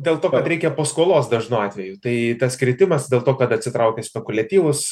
dėl to kad reikia paskolos dažnu atveju tai tas kritimas dėl to kad atsitraukia spekuliatyvūs